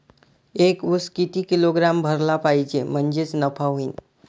एक उस किती किलोग्रॅम भरला पाहिजे म्हणजे नफा होईन?